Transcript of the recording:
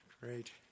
Great